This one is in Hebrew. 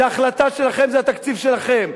זה החלטה שלכם, זה התקציב שלכם.